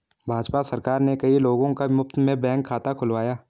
भाजपा सरकार ने कई लोगों का मुफ्त में बैंक खाता खुलवाया